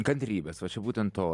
kantrybės va čia būtent to